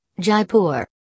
Jaipur